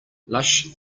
lush